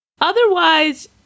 Otherwise